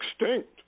extinct